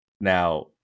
Now